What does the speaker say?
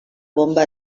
bomba